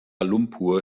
lumpur